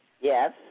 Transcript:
Yes